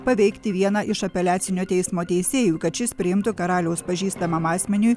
paveikti vieną iš apeliacinio teismo teisėjų kad šis priimtų karaliaus pažįstamam asmeniui